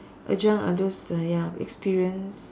adjunct are those ah ya experienced